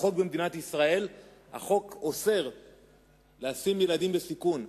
החוק במדינת ישראל אוסר לשים ילדים בסיכון,